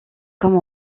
comme